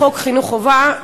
חוק חינוך חובה,